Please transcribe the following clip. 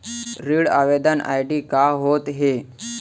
ऋण आवेदन आई.डी का होत हे?